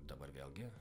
dabar vėlgi